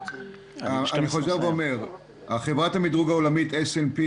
אני חוזר ואומר: חברת המדרוג העולמית S&P